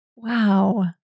Wow